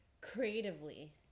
creatively